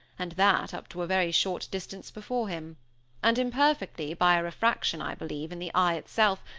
and that up to a very short distance before him and imperfectly, by a refraction, i believe, in the eye itself,